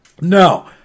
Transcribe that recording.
no